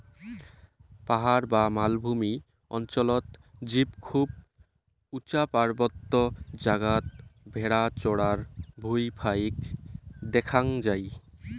পাহাড় বা মালভূমি অঞ্চলত জীব খুব উচা পার্বত্য জাগাত ভ্যাড়া চরার ভুঁই ফাইক দ্যাখ্যাং যাই